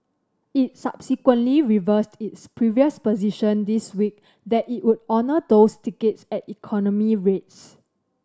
it subsequently reversed its previous position this week that it would honour those tickets at economy rates